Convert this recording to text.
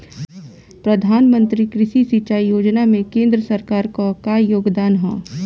प्रधानमंत्री कृषि सिंचाई योजना में केंद्र सरकार क का योगदान ह?